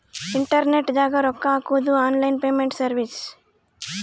internet ದಾಗ ರೊಕ್ಕ ಹಾಕೊದು ಆನ್ಲೈನ್ ಪೇಮೆಂಟ್ ಸರ್ವಿಸ್